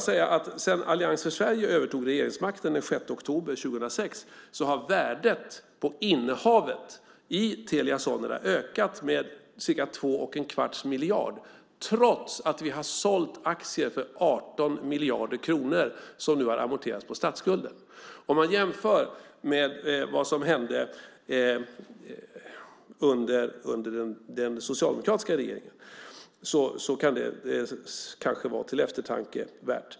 Sedan Allians för Sverige tog över regeringsmakten den 6 oktober 2006 har värdet och innehavet i Telia Sonera ökat med ca 2 1⁄4 miljard, trots att vi har sålt aktier för 18 miljarder kronor som nu har amorterats på statsskulden. Om man jämför med vad som hände under den socialdemokratiska regeringen kan det kanske vara till eftertanke värt.